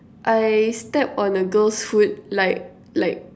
I step on a girl's foot like like